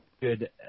good